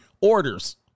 orders